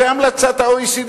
זו המלצת ה-OECD.